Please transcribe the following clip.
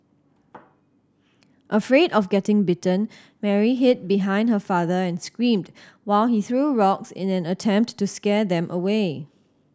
afraid of getting bitten Mary hid behind her father and screamed while he threw rocks in an attempt to scare them away